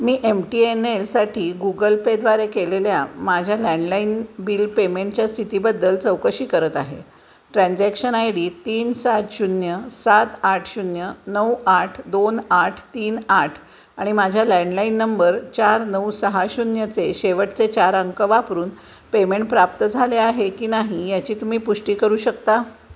मी M T N एलसाठी Google पेद्वारे केलेल्या माझ्या लँडलाईन बिल पेमेंटच्या स्थितीबद्दल चौकशी करत आहे ट्रान्झॅक्शन आय डी तीन सात शून्य सात आठ शून्य नऊ आठ दोन आठ तीन आठ आणि माझ्या लँडलाईन नंबर चार नऊ सहा शून्यचे शेवटचे चार अंक वापरून पेमेंट प्राप्त झाले आहे की नाही याची तुम्ही पुष्टी करू शकता